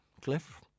Cliff